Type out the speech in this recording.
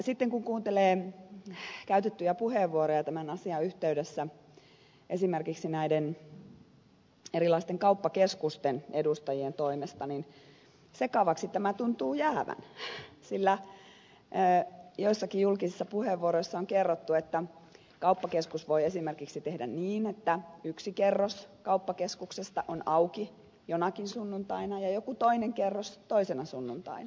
sitten kun kuuntelee käytettyjä puheenvuoroja tämän asian yhteydessä esimerkiksi näiden erilaisten kauppakeskusten edustajien toimesta niin sekavaksi tämä tuntuu jäävän sillä joissakin julkisissa puheenvuoroissa on kerrottu että kauppakeskus voi esimerkiksi tehdä niin että yksi kerros kauppakeskuksesta on auki jonakin sunnuntaina ja jokin toinen kerros toisena sunnuntaina